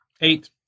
eight